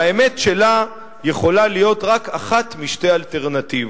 והאמת שלה יכולה להיות רק אחת משתי אלטרנטיבות: